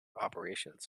operations